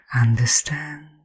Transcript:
understand